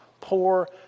poor